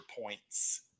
points